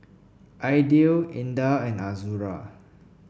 Aidil Indah and Azura